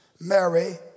Mary